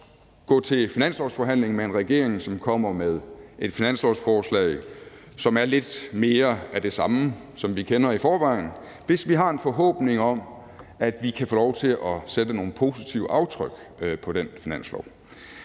gå til finanslovsforhandling med en regering, som kommer med et finanslovsforslag, der er lidt mere af det samme, som vi kender i forvejen, hvis vi har en forhåbning om, at vi kan få lov til at sætte nogle positive aftryk på den finanslov.